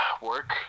Work